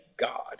God